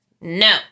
No